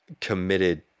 committed